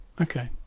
Okay